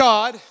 God